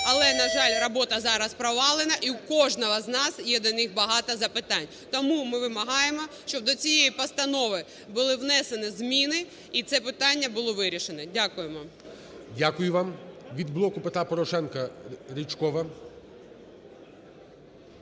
Але, на жаль, робота зараз провалена і в кожного з нас є до них багато запитань. Тому ми вимагаємо, щоб до цієї постанови були внесені зміни і це питання було вирішено. Дякуємо. ГОЛОВУЮЧИЙ. Дякую вам. Від "Блоку Петра Порошенка"Ричкова.